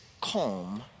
calm